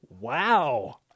Wow